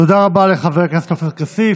תודה רבה לחבר הכנסת עופר כסיף.